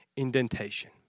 Indentation